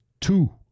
two